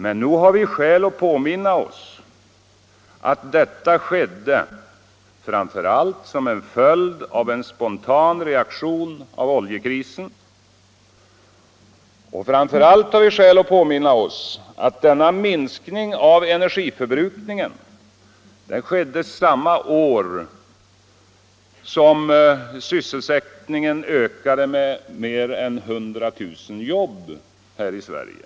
Men nog har vi skäl att påminna oss att denna besparing framför allt skedde som en följd och en spontan reaktion av oljekrisen. Framför allt bör vi påminna oss att denna minskning av energiförbrukningen skedde samma år som sysselsättningen ökade med mer än 100 000 jobb i Sverige.